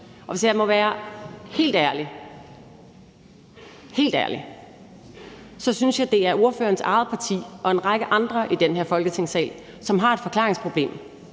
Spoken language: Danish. hvis jeg må være helt ærlig – helt ærlig – synes jeg, det er ordførerens eget parti og en række andre i den her Folketingssal, som har et forklaringsproblem,